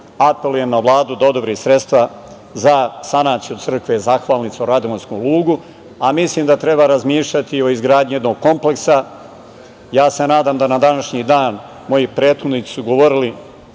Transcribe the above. apelujem na Vladu da odobri sredstva za sanaciju crkve Zahvalnice u Radovanjskom lugu, a mislim da treba razmišljati o izgradnji jednog kompleksa. Ja se nadam da na današnji dan, moji prethodnici su govorili,